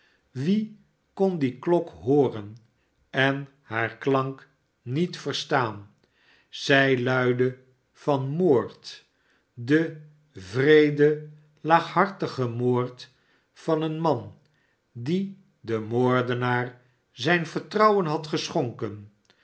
wie kon die de alarmklok mok hooren en haar klank niet verstaan zij luidde vanmoord den wreeden laaghartigen moord van een man die den moordenaar zijn vertrouwen had geschonken